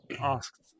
asked